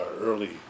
early